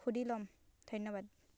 সুধি ল'ম ধন্যবাদ